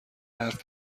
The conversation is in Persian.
حرف